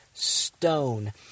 Stone